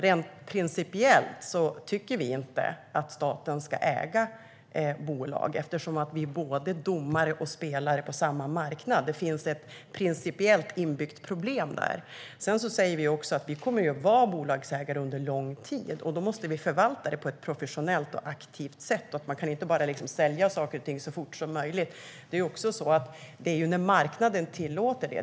Rent principiellt tycker vi inte att staten ska äga bolag, eftersom vi är både domare och spelare på samma marknad. Det finns ett principiellt inbyggt problem där. Vi säger dock att vi kommer att vara bolagsägare under lång tid, och då måste vi förvalta ägandet på ett professionellt och aktivt sätt. Man kan inte bara sälja saker och ting så fort som möjligt, utan det sker när marknaden tillåter det.